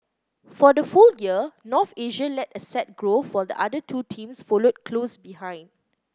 for the full year North Asia led asset growth while the other two teams followed close behind